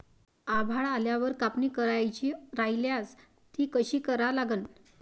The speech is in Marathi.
आभाळ आल्यावर कापनी करायची राह्यल्यास ती कशी करा लागन?